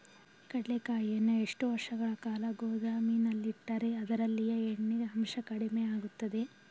ಕಡ್ಲೆಕಾಯಿಯನ್ನು ಎಷ್ಟು ವರ್ಷಗಳ ಕಾಲ ಗೋದಾಮಿನಲ್ಲಿಟ್ಟರೆ ಅದರಲ್ಲಿಯ ಎಣ್ಣೆ ಅಂಶ ಕಡಿಮೆ ಆಗುತ್ತದೆ?